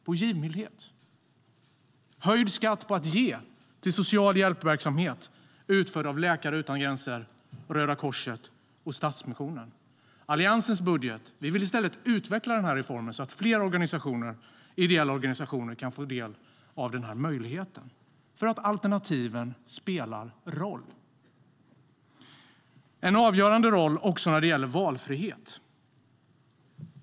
Det ska bli höjd skatt på att ge till social hjälpverksamhet utförd av Läkare utan gränser, Röda Korset och Stadsmissionen.De spelar en avgörande roll också när det gäller valfrihet.